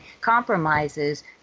compromises